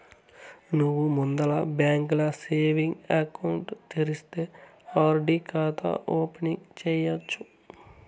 నువ్వు ముందల బాంకీల సేవింగ్స్ ఎకౌంటు తెరిస్తే ఆర్.డి కాతా ఓపెనింగ్ సేయచ్చు